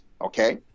okay